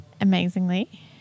Amazingly